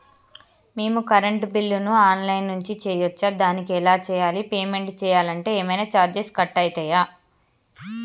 మేము కరెంటు బిల్లును online నుంచి చేయచ్చా? దానికి ఎలా చేయాలి? పేమెంట్ చేయాలంటే ఏమైనా చార్జెస్ కట్ అయితయా?